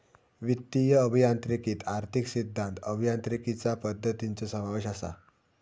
वित्तीय अभियांत्रिकीत आर्थिक सिद्धांत, अभियांत्रिकीचा पद्धतींचो समावेश असा